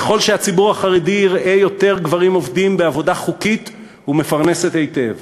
ככל שהציבור החרדי יראה יותר גברים עובדים בעבודה חוקית ומפרנסת היטב,